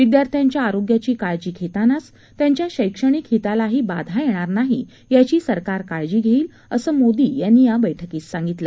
विद्यार्थ्यांच्या आरोग्याची काळजी घेतानाच त्यांच्या शैक्षणिक हितालाही बाधा येणार नाही याची सरकार काळजी घेईल असं मोदी यांना या बैठकीत सांगितलं